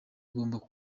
ugomba